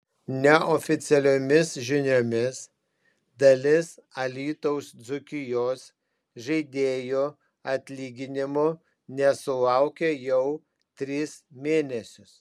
neoficialiomis žiniomis dalis alytaus dzūkijos žaidėjų atlyginimų nesulaukia jau tris mėnesius